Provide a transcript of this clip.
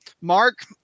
Mark